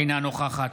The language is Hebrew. אינה נוכחת